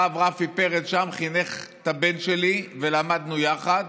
הרב רפי פרץ חינך את הבן שלי ולמדנו יחד,